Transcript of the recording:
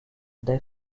dave